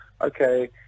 okay